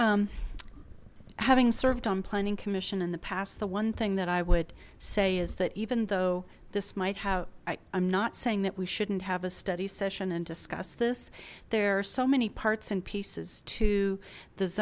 harrison having served on planning commission in the past the one thing that i would say is that even though this might have i'm not saying that we shouldn't have a study session and discuss this there are so many parts and pieces to